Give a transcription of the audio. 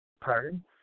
Pardon